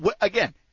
again